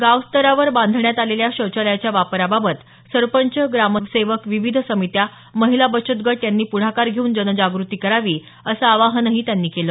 गावस्तरावर बांधण्यात आलेल्या शौचालयाच्या वापराबाबत सरपंच ग्रामसेवक विविध समित्या महिला बचतगट यांनी पुढाकार घेवून जनजागृती करावी असं आवाहनही त्यांनी केलं